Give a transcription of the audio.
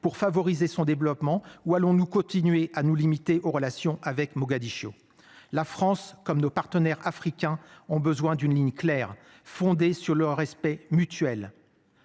pour favoriser son développement où allons-nous continuer à nous limiter aux relations avec Mogadiscio. La France, comme nos partenaires africains ont besoin d'une ligne claire fondée sur le respect mutuel.